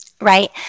Right